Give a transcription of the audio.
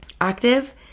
active